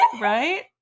right